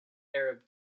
arab